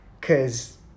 Cause